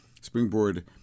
Springboard